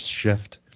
shift